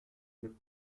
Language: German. mit